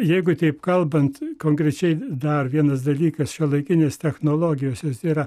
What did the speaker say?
jeigu taip kalbant konkrečiai dar vienas dalykas šiuolaikinės technologijos jos yra